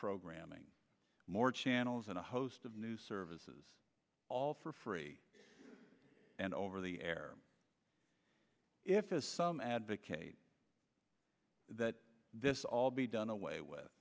programming more channels and a host of new services all for free and over the air if as some advocate that this all be done away with